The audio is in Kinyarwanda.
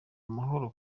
amahoro